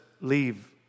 Leave